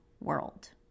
world